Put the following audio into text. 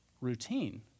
routine